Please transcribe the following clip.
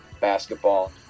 basketball